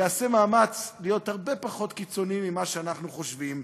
יעשה מאמץ להיות הרבה פחות קיצוני ממה שאנחנו חושבים,